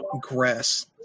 grass